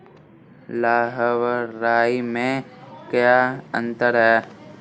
लाह व राई में क्या अंतर है?